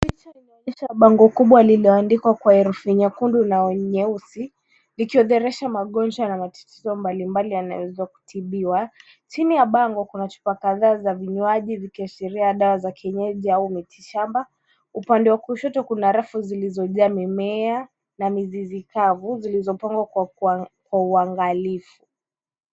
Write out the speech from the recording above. Picha inaonyesha bango kubwa lililoandikwa kwa herufi nyekundu na nyeusi likiorodhesha magonjwa na matatizo mbalimbali yanayoweza kutibiwa. Chini ya bango kuna chupa kadhaa za vinywaji vikiashiria dawa za kienyeji au miti shamba. Upande wa kushoto kuna rafu zilizojaa mimea na mizizi kavu zilizopangwa kwa uangalifu.